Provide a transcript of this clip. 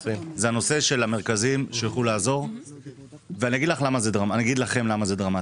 זה הנושא של המרכזים שיוכלו לעזור ואני אגיד לכם למה זה דרמטי.